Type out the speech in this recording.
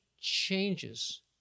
changes